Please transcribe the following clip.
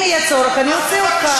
אם יהיה צורך, אני אוציא אותך.